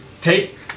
Take